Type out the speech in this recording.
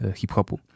hip-hopu